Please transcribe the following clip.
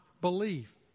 believe